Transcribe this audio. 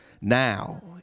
Now